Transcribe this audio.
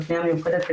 בפניה מיוחדת,